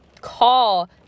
call